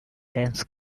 dense